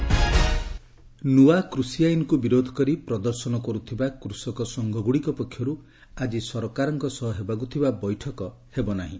farmers protest ନୂଆ କୃଷି ଆଇନକୁ ବିରୋଧ କରି ପ୍ରଦର୍ଶନ କରୁଥିବା କୃଷକ ସଙ୍ଘଗୁଡ଼ିକ ପକ୍ଷର୍ତ୍ ଆଜି ସରକାରଙ୍କ ସହ ହେବାକୁ ଥିବା ବୈଠକ ହେବ ନାହିଁ